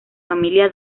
familia